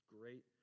great